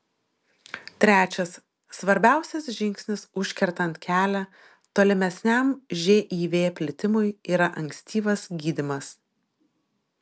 trečias svarbiausias žingsnis užkertant kelią tolimesniam živ plitimui yra ankstyvas gydymas